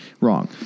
wrong